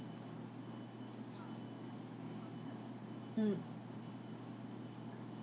mm